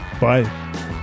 bye